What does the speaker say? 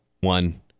one